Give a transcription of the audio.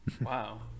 Wow